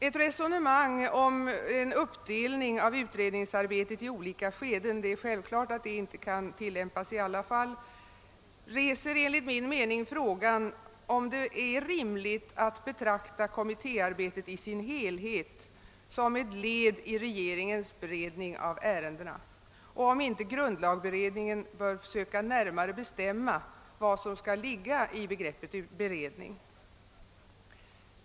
Ett resonemang om en uppdelning av utredningsarbetet i olika skeden — detta kan självfallet inte tillämpas i samtliga fall — reser enligt min mening frågan, om det är rimligt att betrakta kommittéarbetet i dess helhet som ett led i regeringens beredning av ärendena och om inte grundlagberedningen bör söka närmare bestämma vad som skall ligga i begreppet beredning.